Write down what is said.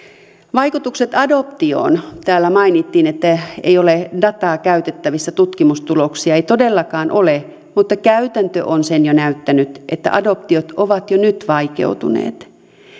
vaikutukset adoptioon täällä mainittiin että ei ole dataa käytettävissä tutkimustuloksia ei todellakaan ole mutta käytäntö on sen jo näyttänyt että adoptiot ovat jo nyt vaikeutuneet